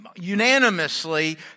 unanimously